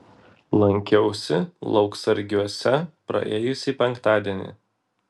lankiausi lauksargiuose praėjusį penktadienį